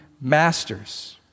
masters